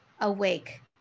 awake